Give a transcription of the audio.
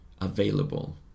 available